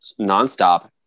nonstop